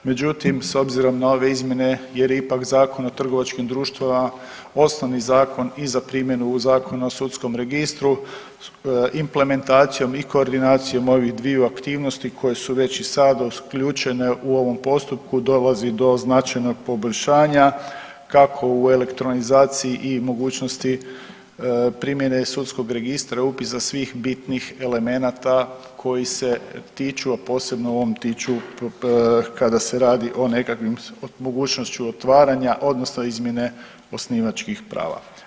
Međutim, s obzirom na ove izmjene jer je ipak Zakon o trgovačkim društvima osnovni zakon i za primjenu u Zakon o sudskom registru implementacijom i koordinacijom ovih dviju aktivnosti koje su već i sada uključene u ovom postupku dolazi do značajno poboljšanja kao u elektronizaciji i mogućnosti primjene i sudskog registra upisa svih bitnih elemenata koji se tiču, a posebno u ovom tiču kada se radi o nekakvim mogućnošću otvaranja odnosno izmjene osnivačkih prava.